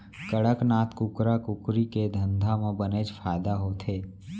कड़कनाथ कुकरा कुकरी के धंधा म बनेच फायदा होथे